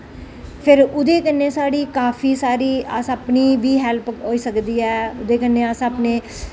फिर ओह्दे कन्नै साढ़ी काफी सारी अस अपनी बी हेल्प होई सकदी ऐ ओह्दे कन्नै अस अपने